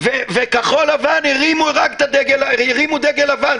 כחול לבן הרימו דגל לבן,